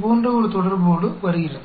सड़क दुर्घटना में कितना समय लगेगा इस तरह की जानकारी वह दे सकता है